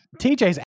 TJ's